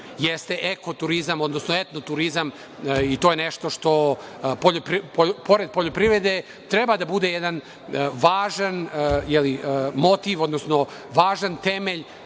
jeste eko turizam, odnosno etno turizam i to je nešto što pored poljoprivrede treba da bude jedan važan motiv, odnosno važan temelj